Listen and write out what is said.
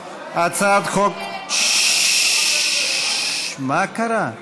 הצעת חוק, למה אתה יורד, ששש, מה קרה?